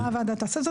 מה הוועדה תעשה עם זה?